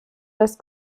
das